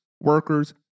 workers